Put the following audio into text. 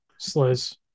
sliz